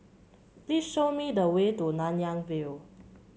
please show me the way to Nanyang View